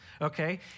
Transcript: okay